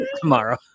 tomorrow